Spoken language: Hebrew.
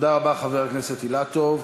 תודה רבה, חבר הכנסת אילטוב.